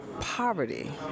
poverty